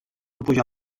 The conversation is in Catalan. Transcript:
pujar